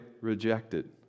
rejected